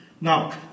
Now